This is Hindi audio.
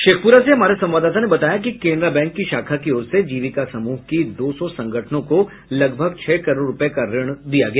शेखपुर से हमारे संवाददाता ने बताया कि केनरा बैंक की शाखा की ओर से जीविका समूह की दो सौ संगठनों को लगभग छह करोड़ रूपये का ऋण दिया गया